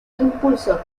impulsor